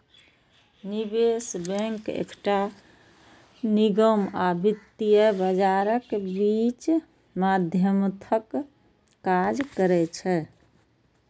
निवेश बैंक एकटा निगम आ वित्तीय बाजारक बीच मध्यस्थक काज करै छै